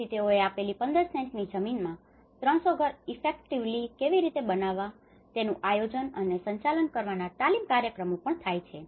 તેથી તેઓને આપેલી 15 સેન્ટની જમીનમાં 300 ઘર ઇફેક્ટીવલી effectively અસરકારકરીતે કેવી રીતે બનાવવા તેનું આયોજન અને સંચાલન કરવાના તાલીમ કાર્યક્રમો પણ થાય છે